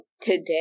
today